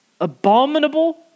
abominable